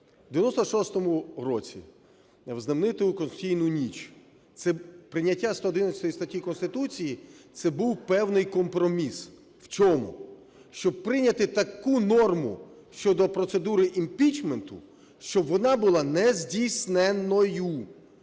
В 96-му році в знамениту конституційну ніч, це прийняття 111 статті Конституції – це був певний компроміс. В чому? Щоб прийняти таку норму щодо процедури імпічменту, щоб вона була нездійсненною,